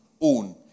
own